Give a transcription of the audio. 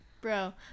Bro